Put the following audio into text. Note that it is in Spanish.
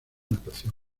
natación